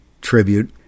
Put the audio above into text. tribute